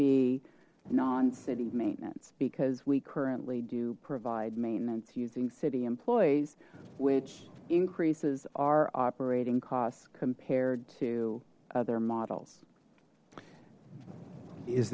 be non city maintenance because we currently do provide maintenance using city employees which increases our operating costs compared to other models is